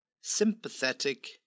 sympathetic